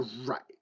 Right